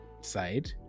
side